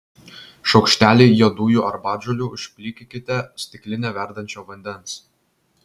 šaukštelį juodųjų arbatžolių užplikykite stikline verdančio vandens